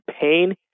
pain